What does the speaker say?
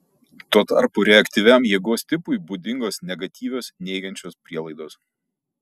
tuo tarpu reaktyviam jėgos tipui būdingos negatyvios neigiančios prielaidos